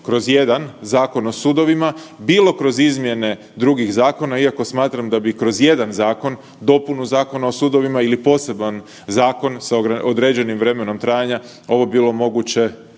kroz jedan zakon o sudovima, bilo kroz izmjene drugih zakona, iako smatram da bi kroz jedan zakon dopunu Zakona u sudovima ili poseban zakon sa određenim vremenom trajanja ovo bilo moguće